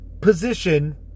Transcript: position